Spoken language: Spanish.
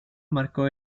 marcó